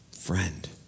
friend